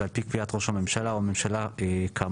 ועל פי קביעת ראש הממשלה או הממשלה כאמור,